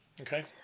Okay